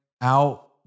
out